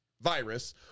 virus